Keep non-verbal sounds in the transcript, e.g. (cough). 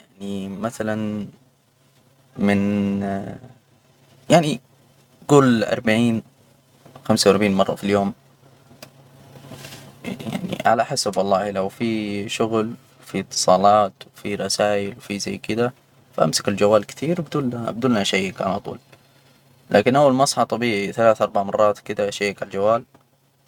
يعني مثلا، من (hesitation) يعني جول اربعين، خمسة واربعين مرة في اليوم. على حسب والله لو في شغل، في إتصالات، وفي رسايل وفي زي كده، فأمسك الجوال كثير، وبدول أشيك على طول، لكن أول ماأصحى طبيعي ثلاثة، أربعة مرات كده أشيك على الجوال.